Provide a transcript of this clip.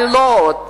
אבל לא עוד.